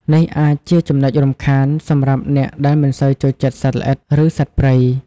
នេះអាចជាចំណុចរំខានសម្រាប់អ្នកដែលមិនសូវចូលចិត្តសត្វល្អិត ឬសត្វព្រៃ។